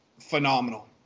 Phenomenal